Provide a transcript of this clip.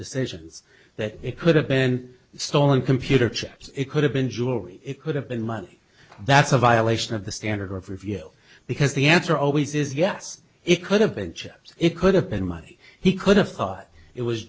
decisions that it could have been stolen computer chips it could have been jewelry it could have been money that's a violation of the standard of review because the answer always is yes it could have been chips it could have been money he could have thought it was